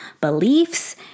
beliefs